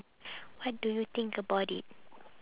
what do you think about it